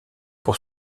pour